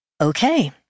Okay